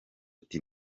ati